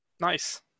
nice